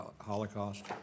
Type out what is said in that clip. Holocaust